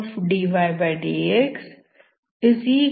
dydx1xddz